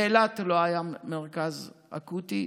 באילת לא היה מרכז אקוטי.